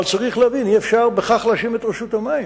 אבל צריך להבין, אי-אפשר להאשים בכך את רשות המים.